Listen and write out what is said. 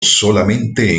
solamente